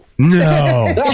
No